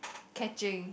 catching